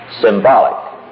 symbolic